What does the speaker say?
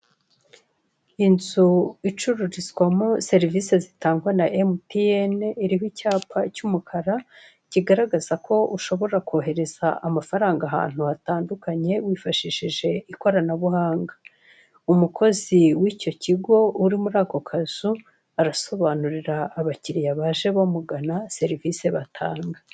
Inzu icururizwamo na emutiyene iriho icyapa cy'umukara kigaragaza ko ushobora koreza amafaranga ahantu hatandukanye, wifashishishije ikoranabuhanga umukozi w'icyo kigo uri muri aka kazu arasobanurira abakiriya baje bamugana serivise batanga.